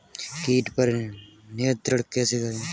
कीट पर नियंत्रण कैसे करें?